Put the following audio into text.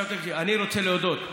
אני רוצה להודות.